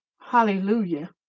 Hallelujah